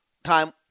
Time